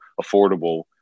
affordable